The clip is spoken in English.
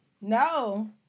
No